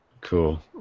Cool